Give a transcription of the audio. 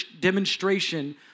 demonstration